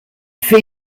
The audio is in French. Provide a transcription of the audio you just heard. fait